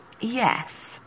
yes